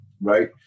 Right